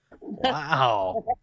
Wow